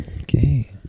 Okay